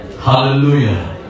Hallelujah